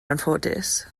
anffodus